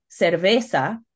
cerveza